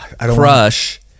Crush